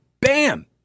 bam